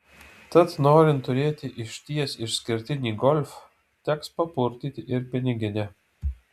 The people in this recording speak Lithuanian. tad norint turėti išties išskirtinį golf teks papurtyti ir piniginę